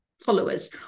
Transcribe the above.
followers